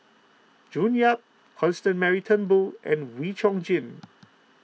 June Yap Constance Mary Turnbull and Wee Chong Jin